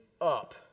up